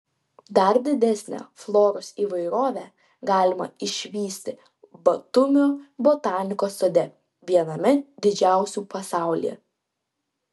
dar didesnę floros įvairovę galima išvysti batumio botanikos sode viename didžiausių pasaulyje